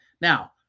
Now